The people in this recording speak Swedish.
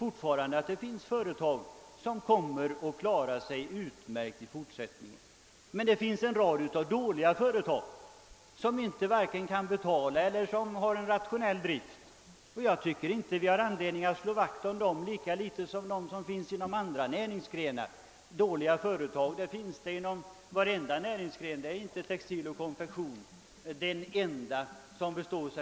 Jag tror att det finns företag som kommer att klara sig utmärkt i fortsättningen, men det finns också en rad dåliga företag som varken kan betala eller upprätthålla en rationell drift, och enligt min mening har vi inte anledning att slå vakt om dem, lika litet som vi har anledning att slå vakt om sådana företag inom andra näringsgrenar. Och dåliga företag finns ju inom varje näringsgren — konfektionsindustrin är inte den enda som rymmer sådana.